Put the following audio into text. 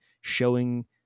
showing